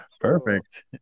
Perfect